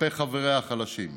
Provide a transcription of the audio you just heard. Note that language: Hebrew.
כלפי חבריה החלשים.